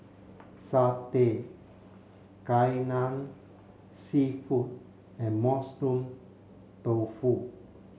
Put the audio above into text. Satay Kai Lan Seafood and mushroom tofu